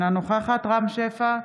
אינה נוכחת רם שפע,